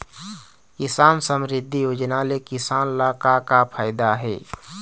किसान समरिद्धि योजना ले किसान ल का का फायदा हे?